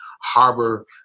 harbor